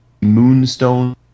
Moonstone